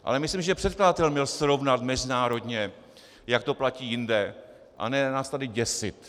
Ale myslím, že předkladatel měl srovnat mezinárodně, jak to platí jinde, a ne nás tady děsit.